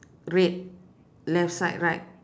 red left side right